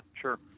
sure